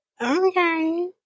Okay